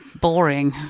boring